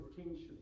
attention